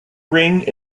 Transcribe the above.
ring